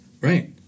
Right